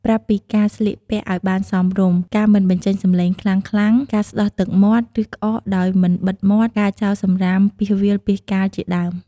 ប្រាប់់ពីការស្លៀកពាក់ឱ្យបានសមរម្យ ការមិនបញ្ចេញសំឡេងខ្លាំងៗ ការស្ដោះទឹកមាត់ ឬក្អកដោយមិនបិទមាត់ការចោលសំរាមពាសវាលពាសកាលជាដើម។